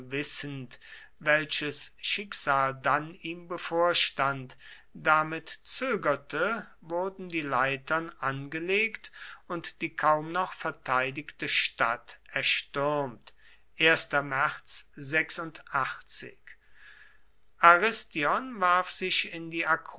wissend welches schicksal dann ihm bevorstand damit zögerte wurden die leitern angelegt und die kaum noch verteidigte stadt erstürmt aristion warf sich in die